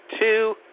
two